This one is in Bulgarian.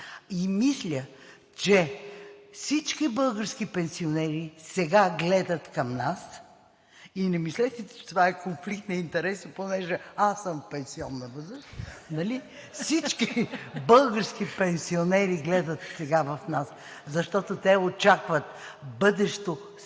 и мисля, че всички български пенсионери сега гледат към нас – и не мислете, че това е конфликт на интереси, понеже аз съм в пенсионна възраст – нали всички български пенсионери гледат сега в нас, защото те очакват бъдещо сигурно